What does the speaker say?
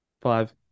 Five